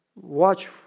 watch